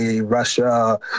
Russia